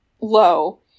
low